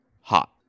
hot